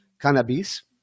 cannabis